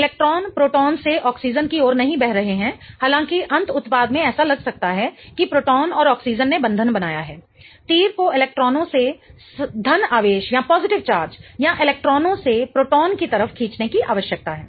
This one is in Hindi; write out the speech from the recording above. इलेक्ट्रॉन प्रोटॉन से ऑक्सीजन की ओर नहीं बह रहे हैं हालांकि अंत उत्पाद में ऐसा लग सकता है कि प्रोटॉन और ऑक्सीजेंस ने बंधन बनाया है तीर को इलेक्ट्रॉनों से धन आवेश या इलेक्ट्रॉनों से प्रोटॉन की तरफ खींचने की आवश्यकता है